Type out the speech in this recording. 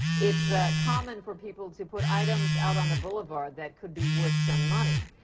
it's common for people to put items out on the boulevard that could be worth some money.